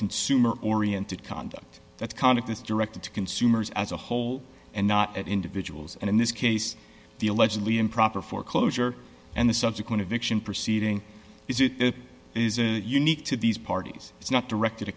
consumer oriented conduct that conduct this directed to consumers as a whole and not at individuals and in this case the allegedly improper foreclosure and the subsequent addiction proceeding is it isn't unique to these parties it's not directed a